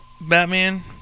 Batman